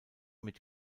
mit